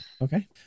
okay